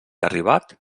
arribat